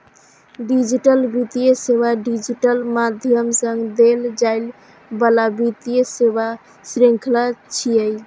digital वित्तीय सेवा digital माध्यम सं देल जाइ बला वित्तीय सेवाक शृंखला छियै